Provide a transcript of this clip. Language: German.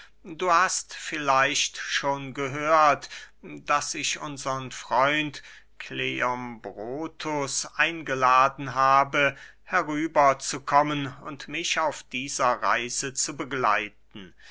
du hast vielleicht schon gehört daß ich unsern freund kleombrotus eingeladen habe herüber zu kommen und mich auf dieser reise zu begleiten